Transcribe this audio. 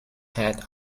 hat